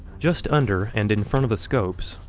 just under and in front of the scopes,